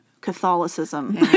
Catholicism